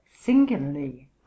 singularly